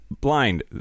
blind